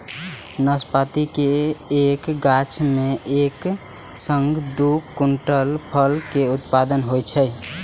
नाशपाती के एक गाछ मे एक सं दू क्विंटल फल के उत्पादन होइ छै